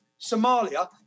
Somalia